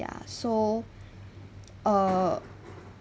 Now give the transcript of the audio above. ya so err